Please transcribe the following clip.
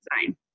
design